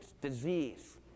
disease